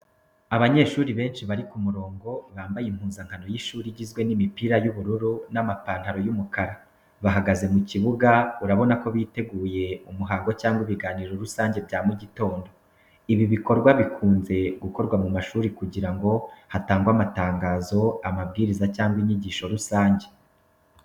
Abanyeshuri benshi bari ku murongo, bambaye impuzankano y’ishuri igizwe n'imipira y'ubururu n'amapantalo y'umukara. Bahagaze mu kibuga, urabona ko biteguye umuhango cyangwa ibiganiro rusange bya mu gitondo. Ibi bikorwa bikunze gukorwa ku mashuri kugira ngo hatangwe amatangazo, amabwiriza cyangwa inyigisho rusange.